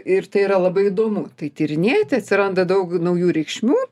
ir tai yra labai įdomu tai tyrinėti atsiranda daug naujų reikšmių